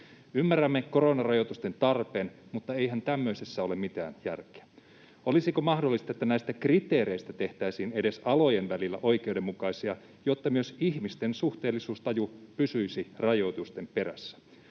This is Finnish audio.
Ymmärrämme koronarajoituksen tarpeen, mutta eihän tämmöisessä ole mitään järkeä. Olisiko mahdollista, että näistä kriteereistä tehtäisiin edes alojen välillä oikeudenmukaisia, jotta myös ihmisten suhteellisuudentaju pysyisi rajoitusten perässä?